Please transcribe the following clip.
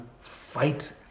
fight